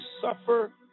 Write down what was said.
suffer